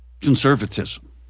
Conservatism